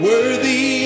Worthy